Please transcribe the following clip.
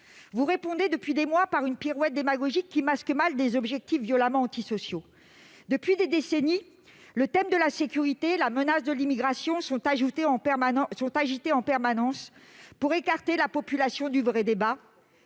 Vous répondez depuis des mois par une pirouette démagogique qui masque mal des objectifs violemment antisociaux. Depuis des décennies, le thème de la sécurité et la menace de l'immigration sont agités en permanence pour écarter la population du vrai débat